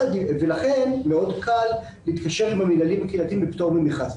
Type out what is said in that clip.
ולכן מאוד קל להתקשר עם המינהלים הקהילתיים בפטור ממכרז.